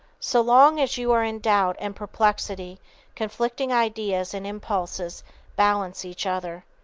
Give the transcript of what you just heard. so long as you are in doubt and perplexity conflicting ideas and impulses balance each other.